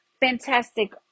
fantastic